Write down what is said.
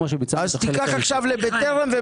אז תיקח עכשיו לבטרם.